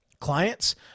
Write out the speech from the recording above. clients